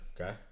Okay